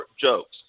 jokes